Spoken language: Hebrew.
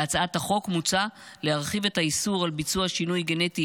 בהצעת החוק מוצע להרחיב את איסור ביצוע שינוי גנטי